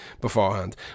beforehand